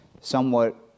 somewhat